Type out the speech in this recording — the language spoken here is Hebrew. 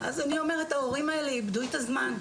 אז אני אומרת שההורים האלה איבדו את הזמן.